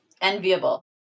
enviable